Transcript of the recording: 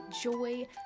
joy